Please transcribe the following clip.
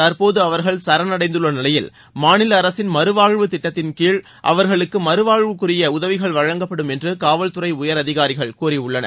தற்போது அவர்கள் சரணடைந்துள்ள நிலையில் மாநில அரசின் மறுவாழ்வு திட்டத்தின்கீழ் அவர்களின் மறுவாழ்வுக்கு உரிய உதவிகள் வழங்கப்படும் என்று காவல்துறை உயர் அதிகாரிகள் கூறியுள்ளனர்